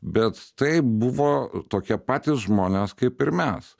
bet tai buvo tokie patys žmonės kaip ir mes